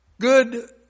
Good